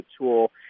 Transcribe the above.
tool